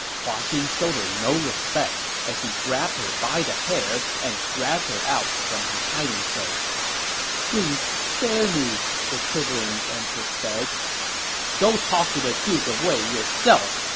hua xin showed her no respect, as he grabbed her by the hair and dragged her out from her hiding place please spare me! the shivering empress begged go talk to the duke of wei yourself!